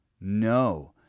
no